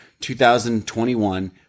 2021